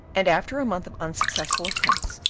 and, after a month of unsuccessful attempts,